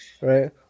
Right